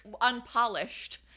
unpolished